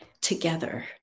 together